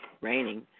raining